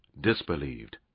disbelieved